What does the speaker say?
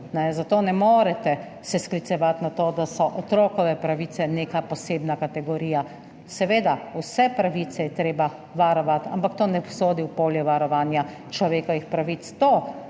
zato se ne morete sklicevati na to, da so otrokove pravice neka posebna kategorija. Seveda, vse pravice je treba varovati, ampak to ne sodi v polje varovanja človekovih pravic.